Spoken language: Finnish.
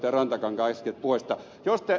jos te ed